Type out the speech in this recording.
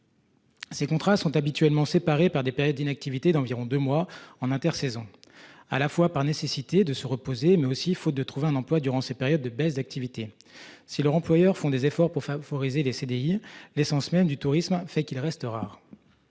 Ces contrats sont habituellement séparées par des périodes d'inactivité d'environ 2 mois en inter-saison à la fois par nécessité de se reposer mais aussi faute de trouver un emploi durant ces périodes de baisse d'activité si leur employeur font des efforts pour favoriser les CDI. L'essence même du tourisme fait qu'ils restent rares.